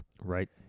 Right